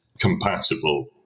compatible